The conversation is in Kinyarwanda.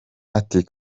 ati